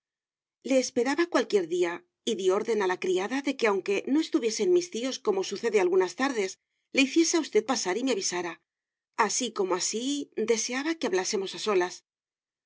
le esperaba cualquier día y di orden a la criada de que aunque no estuviesen mis tíos como sucede algunas tardes le hiciese a usted pasar y me avisara así como así deseaba que hablásemos a solas